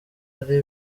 ari